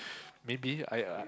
maybe I I